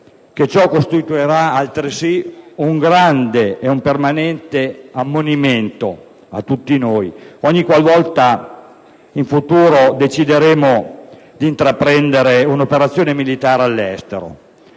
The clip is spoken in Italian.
che ciò costituirà altresì un grande e permanente ammonimento a tutti noi, ogniqualvolta in futuro decideremo di intraprendere un'operazione militare all'estero,